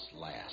last